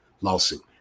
lawsuit